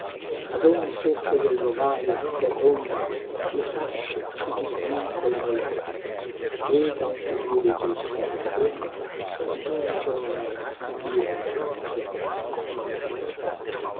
ad ogni soffio del rovaio che romba le fascie si disvincolano lente e da un tugurio triste come tomba giunge una nenia lunga pazïente